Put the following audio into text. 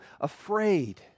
afraid